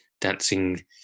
Dancing